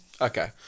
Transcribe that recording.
okay